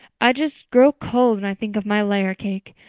i just grow cold when i think of my layer cake.